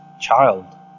child